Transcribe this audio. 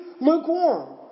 lukewarm